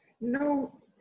No